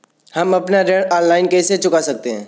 हम अपना ऋण ऑनलाइन कैसे चुका सकते हैं?